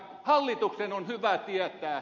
hallituksen on hyvä tietää